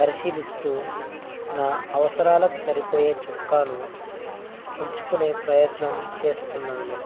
పరిశీలిస్తు నా అవసరాలకు సరిపోయే చొక్కాను ఎంచుకునే ప్రయత్నం చేస్తున్నాను